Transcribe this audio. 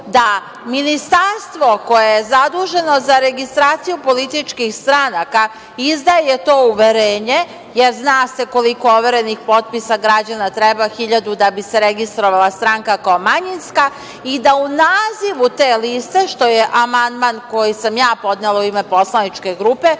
da Ministarstvo koje je zaduženo za registraciju političkih stranaka izdaje to uverenje, jer zna se koliko overenih potpisa građana, treba hiljadu da bi se registrovala stranka, kao manjinska i da u nazivu te liste što je amandman koji sam ja podnela u ime poslaničke grupe,